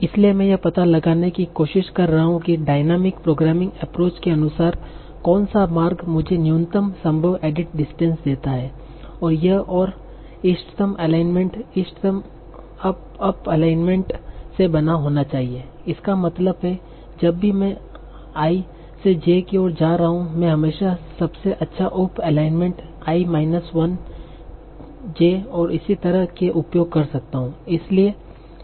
इसलिए मैं यह पता लगाने की कोशिश कर रहा हूं कि डायनामिक प्रोग्रामिंग एप्रोच के अनुसार कौन सा मार्ग मुझे न्यूनतम संभव एडिट डिस्टेंस देता है और यह और इष्टतम एलाइनमेंटइष्टतम उप एलाइनमेंट से बना होना चाहिए इसका मतलब है जब भी मैं I से j की ओर जा रहा हूं मैं हमेशा सबसे अच्छा उप एलाइनमेंट I माइनस 1 j और इसी तरह के उपयोग कर सकता हूं